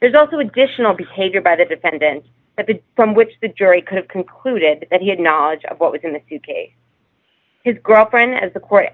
there's also additional behavior by the defendant that the from which the jury could have concluded that he had knowledge of what was in the suitcase his girlfriend as the court